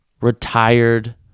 retired